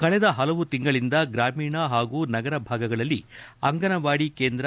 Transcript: ಕಳೆದ ಹಲವು ತಿಂಗಳುಗಳಿಂದ ಗ್ರಾಮೀಣ ಹಾಗೂ ನಗರ ಭಾಗಗಳಲ್ಲಿ ಅಂಗನವಾಡಿ ಕೇಂದ್ರ